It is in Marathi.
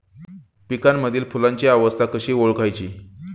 पिकांमधील फुलांची अवस्था कशी ओळखायची?